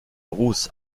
ruß